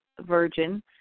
Virgin